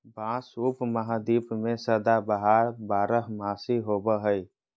बाँस उपमहाद्वीप में सदाबहार बारहमासी होबो हइ